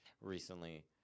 recently